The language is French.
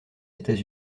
états